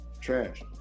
trash